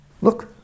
look